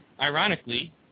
ironically